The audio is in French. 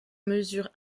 mesure